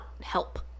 help